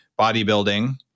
bodybuilding